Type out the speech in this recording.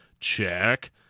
Check